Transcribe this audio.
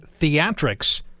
theatrics